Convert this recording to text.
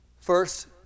first